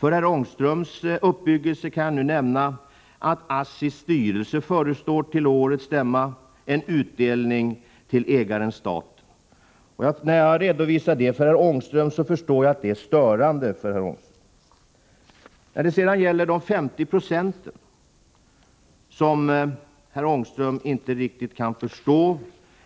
Till herr Ångströms uppbyggelse kan jag nu nämna att ASSI:s styrelse till årets stämma föreslår en utdelning till ägaren staten. Jag förstår att detta är störande för herr Ångström. När det gäller frågan om de 50 procenten säger herr Ångström att han inte förstår